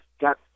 got